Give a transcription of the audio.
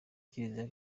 kiliziya